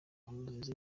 bamuziza